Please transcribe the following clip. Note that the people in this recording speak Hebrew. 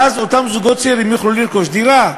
ואז אותם זוגות צעירים יוכלו לרכוש דירה.